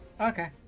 Okay